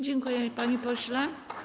Dziękuję, panie pośle.